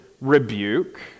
rebuke